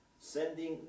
sending